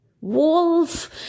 Wolf